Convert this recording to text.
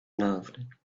loved